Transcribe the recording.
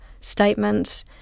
statement